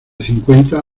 cincuenta